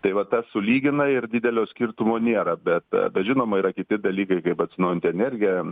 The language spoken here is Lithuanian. tai va tas sulygina ir didelio skirtumo nėra bet žinoma yra kiti dalykai kaip atsinaujinanti energija